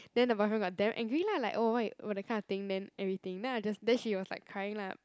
then the boyfriend got damn angry lah like oh why that kind of thing and everything then I just then she was like crying lah